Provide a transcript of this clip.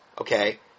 okay